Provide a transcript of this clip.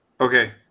Okay